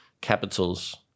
capitals